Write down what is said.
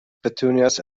petunias